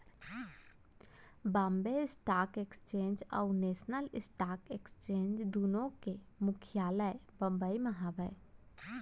Bombay stock exchange और national stock exchange दुनो के मुख्यालय बंबई म हावय